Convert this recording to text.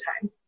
time